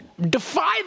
defy